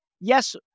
yes